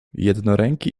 jednoręki